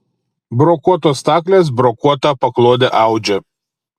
brokuotos staklės brokuotą paklodę audžia